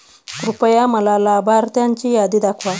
कृपया मला लाभार्थ्यांची यादी दाखवा